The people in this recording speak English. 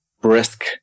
brisk